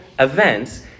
events